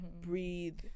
breathe